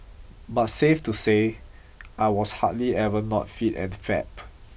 but safe to say I was hardly ever not fit and fab